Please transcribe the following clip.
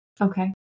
Okay